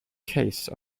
case